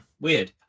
Weird